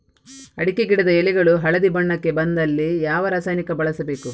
ಅಡಿಕೆ ಗಿಡದ ಎಳೆಗಳು ಹಳದಿ ಬಣ್ಣಕ್ಕೆ ಬಂದಲ್ಲಿ ಯಾವ ರಾಸಾಯನಿಕ ಬಳಸಬೇಕು?